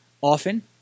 often